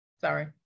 sorry